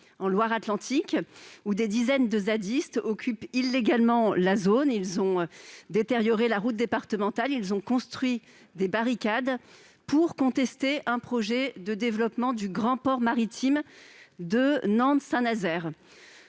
du Carnet, que des dizaines de « zadistes » occupent illégalement. Ces derniers ont détérioré la route départementale et construit des barricades pour contester un projet de développement du grand port maritime de Nantes-Saint-Nazaire.